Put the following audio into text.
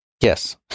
yes